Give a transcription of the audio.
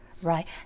right